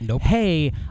Hey